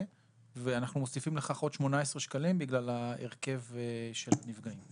ואנחנו מוסיפים לכך עוד 18 שקלים בגלל ההרכב של הנפגעים.